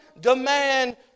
demand